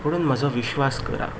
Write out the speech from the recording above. म्हणून म्हजो विश्वास करा